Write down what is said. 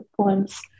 poems